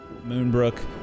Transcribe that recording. Moonbrook